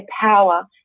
power